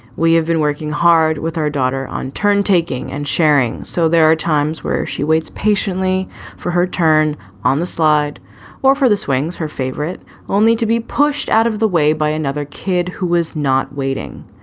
we have been working hard with our daughter on turn taking and sharing. so there are times where she waits patiently for her turn on the slide or for the swings, her favorite only to be pushed out of the way by another kid who is not waiting.